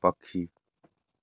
ପକ୍ଷୀ